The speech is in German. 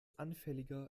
anfälliger